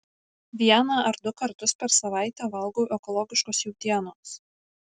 vieną ar du kartus per savaitę valgau ekologiškos jautienos